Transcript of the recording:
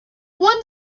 one